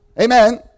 Amen